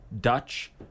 Dutch